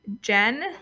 Jen